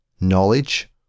Knowledge